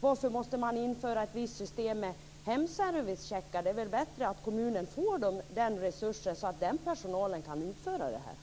Varför måste man införa ett visst system med hemservicecheckar? Det är väl bättre att kommunerna får resurserna så att hemtjänstpersonalen kan utföra uppgifterna.